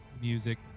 music